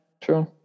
true